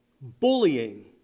bullying